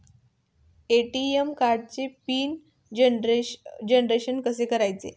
ATM कार्डचे PIN generation कसे करायचे?